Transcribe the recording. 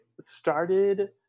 started